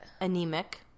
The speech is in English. Anemic